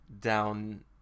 Down